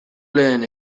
lehen